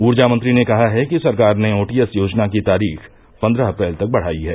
ऊर्जा मंत्री ने कहा कि सरकार ने ओटीएस योजना की तारीख पन्द्रह अप्रैल तक बढ़ाई है